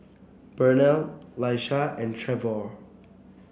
Burnell Laisha and Trevor